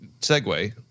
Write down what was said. segue